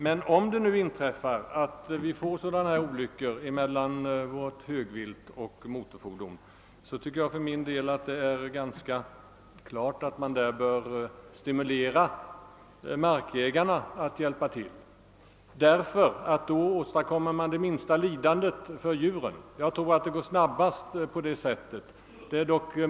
Men om det nu inträffar att olyckor äger rum mellan motorfordon och högvilt, tycker jag att det är klart att man bör stimulera markägarna till att hjälpa till, ty därigenom åstadkommer man ett minskat lidande för djuren. Utan tvivel går det snabbast på detta sätt.